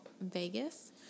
Vegas